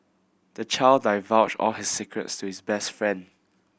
the child divulged all his secrets to his best friend